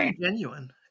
genuine